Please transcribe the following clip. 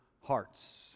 hearts